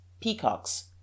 peacocks